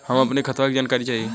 हम अपने खतवा क जानकारी चाही?